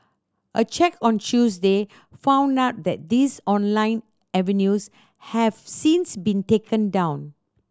a check on Tuesday found that these online avenues have since been taken down